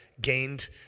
gained